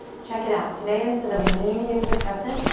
check it out, today, instead of leaning into the crescent,